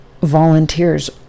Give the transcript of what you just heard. volunteers